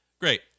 great